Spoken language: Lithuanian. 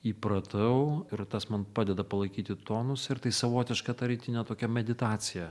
įpratau ir tas man padeda palaikyti tonusą ir tai savotiška ta rytinė tokia meditacija